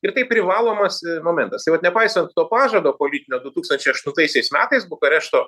ir tai privalomas momentas tai vat nepaisant to pažado politinio du tūkstančiai aštuntaisiais metais bukarešto